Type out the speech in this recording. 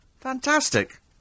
fantastic